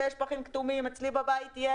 יש פחים כתומים, אצלי בבית יש.